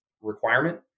requirement